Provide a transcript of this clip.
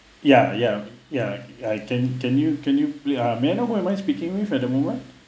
ya ya ya I can can you can you may I know who am I speaking with at the moment